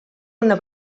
una